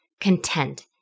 content